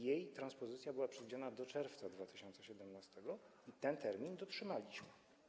Jej transpozycja była przewidziana do czerwca 2017 r. i tego terminu dotrzymaliśmy.